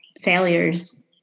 failures